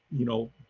you know,